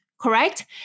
correct